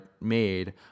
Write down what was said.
made